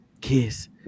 Kiss